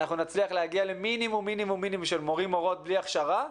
אנחנו נצליח להגיע למינימום של מורים/מורות בלי הכשרה,